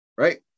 Right